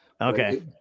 Okay